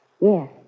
yes